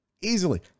Easily